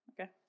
Okay